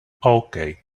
okay